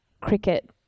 Cricket